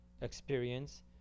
experience